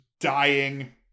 dying